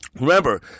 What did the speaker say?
Remember